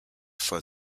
for